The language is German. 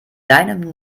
deinem